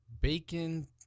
bacon